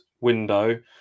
window